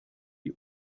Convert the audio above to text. die